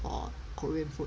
for korean food